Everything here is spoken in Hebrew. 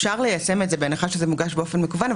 שאפשר ליישם את זה בהנחה שזה מוגש באופן מקוון.